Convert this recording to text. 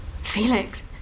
Felix